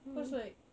cause like